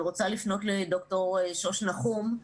אבל רוצה לפנות לד"ר שוש נחום.